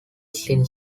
seen